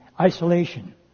isolation